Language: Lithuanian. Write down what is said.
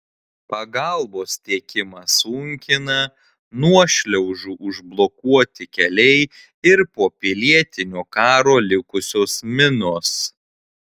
pagalbos tiekimą sunkina nuošliaužų užblokuoti keliai ir po pilietinio karo likusios minos